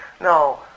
No